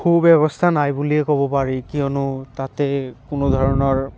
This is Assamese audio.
সু ব্যৱস্থা নাই বুলিয়ে ক'ব পাৰি কিয়নো তাতে কোনো ধৰণৰ